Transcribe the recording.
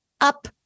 up